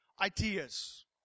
ideas